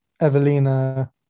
Evelina